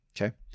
Okay